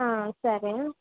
ఆ సరే